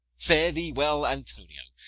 fare thee well, antonio!